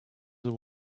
the